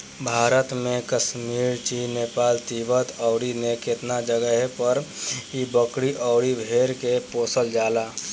भारत में कश्मीर, चीन, नेपाल, तिब्बत अउरु केतना जगे पर इ बकरी अउर भेड़ के पोसल जाला